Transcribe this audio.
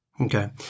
okay